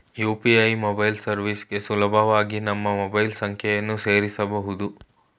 UPA mobile ಸರ್ವಿಸ್ಗೆ ಸುಲಭವಾಗಿ ನಮ್ಮ ಮೊಬೈಲ್ ಸಂಖ್ಯೆಯನ್ನು ಸೇರಸಬೊದು